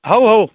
ହଉ ହଉ